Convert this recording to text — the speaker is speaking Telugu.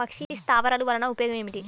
పక్షి స్థావరాలు వలన ఉపయోగం ఏమిటి?